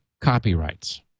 copyrights